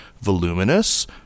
voluminous